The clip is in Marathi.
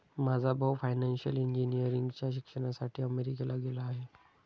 माझा भाऊ फायनान्शियल इंजिनिअरिंगच्या शिक्षणासाठी अमेरिकेला गेला आहे